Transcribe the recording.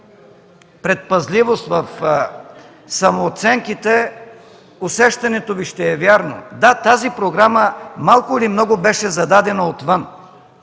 предпазливост в самооценките, усещането Ви ще е вярно. Да, тази програма, малко или много, беше зададена отвън.